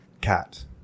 cat